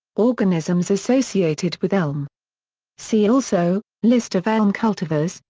organisms associated with elm see also list of elm cultivars,